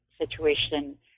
situation